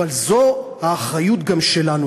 אבל זו האחריות גם שלנו.